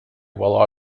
while